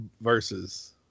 versus